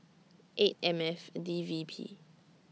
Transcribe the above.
eight M F D V P